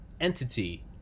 entity